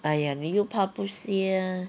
!aiya! 你又怕不香